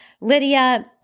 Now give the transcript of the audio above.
Lydia